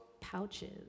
pouches